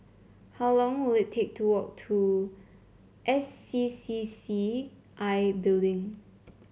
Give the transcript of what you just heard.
how long will it take to walk to S C C C I Building